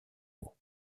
mots